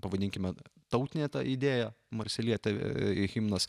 pavadinkime tautinė idėja marselietė himnas